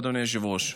אדוני היושב-ראש,